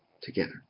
together